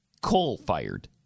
Coal-fired